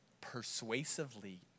persuasively